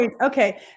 Okay